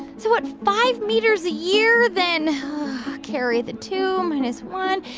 so what? five meters a year, then carry the two, minus one.